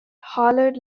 hollered